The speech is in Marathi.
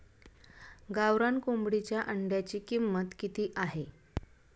गावरान कोंबडीच्या अंड्याची किंमत किती आहे?